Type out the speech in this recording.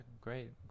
great